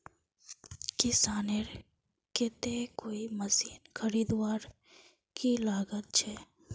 किसानेर केते कोई मशीन खरीदवार की लागत छे?